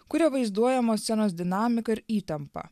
kuria vaizduojamos scenos dinamiką ir įtampą